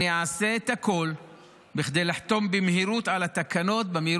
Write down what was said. אני אעשה את הכול כדי לחתום במהירות המרבית